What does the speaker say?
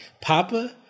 Papa